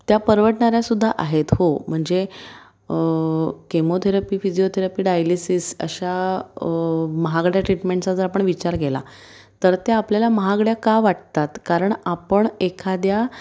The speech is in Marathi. त्या परवडणाऱ्या सुद्धा आहेत हो म्हणजे केमोथेरपी फिजिओथेरपी डायलिसिस अशा महागड्या ट्रीटमेंटचा जर आपण विचार केला तर त्या आपल्याला महागड्या का वाटतात कारण आपण एखाद्या